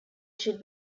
should